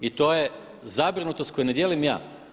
I to je zabrinutost koju ne dijelim ja.